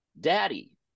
Daddy